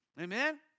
Amen